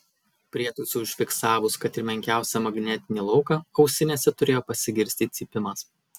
prietaisui užfiksavus kad ir menkiausią magnetinį lauką ausinėse turėjo pasigirsti cypimas